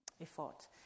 effort